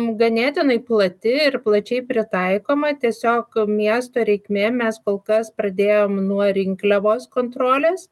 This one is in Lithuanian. ganėtinai plati ir plačiai pritaikoma tiesiog miesto reikmėm mes kol kas pradėjom nuo rinkliavos kontrolės